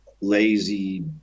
lazy